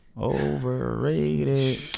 Overrated